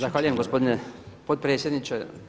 Zahvaljujem gospodine potredsjedniče.